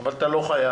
אבל אתה לא חייב.